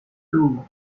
two